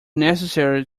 necessary